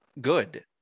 good